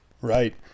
Right